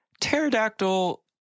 pterodactyl